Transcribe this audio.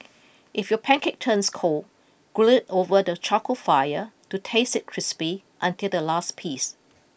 if your pancake turns cold grill it over the charcoal fire to taste it crispy until the last piece